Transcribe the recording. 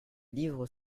livres